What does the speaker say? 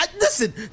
Listen